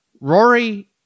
Rory